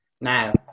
Now